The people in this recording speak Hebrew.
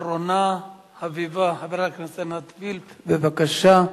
אחרונה חביבה, חברת הכנסת עינת וילף, בבקשה.